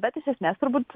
bet iš esmės turbūt